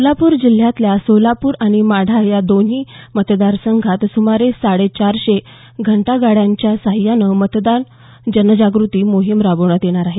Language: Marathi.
सोलापूर जिल्ह्यातल्या सोलापूर आणि माढा या दोन्ही मतदारसंघात सुमारे साडे चारशे घंटागाड्यांच्या सहाय्यानं मतदार जनजागृती मोहीम राबविण्यात येणार आहे